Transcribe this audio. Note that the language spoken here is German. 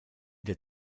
der